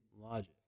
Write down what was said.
logic